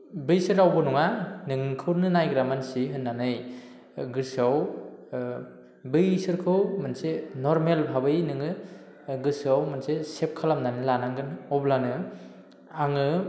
बैसोर रावबो नङा नोंखौनो नायग्रा मानसि होननानै गोसोआव बैसोरखौ मोनसे नर्मेल भाबै नोङो गोसोआव मोनसे सेभ खालामनानै लानांगोन अब्लानो आङो